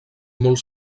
molt